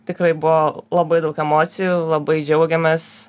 tikrai buvo labai daug emocijų labai džiaugėmės